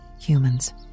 humans